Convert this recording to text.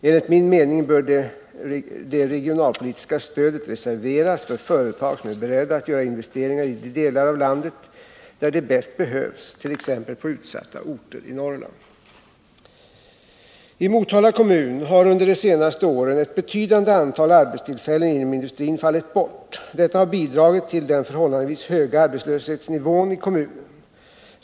Enligt min mening bör det regionalpolitiska stödet reserveras för företag som är beredda att göra investeringar i de delar av landet där de bäst behövs, t.ex. på utsatta orter i Norrland. I Motala kommun har under de senaste åren ett betydande antal arbetstillfällen inom industrin fallit bort. Detta har bidragit till den förhållandevis höga arbetslöshetsnivån i kommunen.